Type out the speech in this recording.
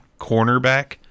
cornerback